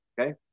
Okay